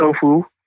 tofu